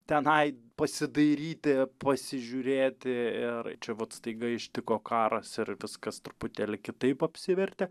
tenai pasidairyti pasižiūrėti ir čia vat staiga ištiko karas ir viskas truputėlį kitaip apsivertė